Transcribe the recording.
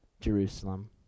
Jerusalem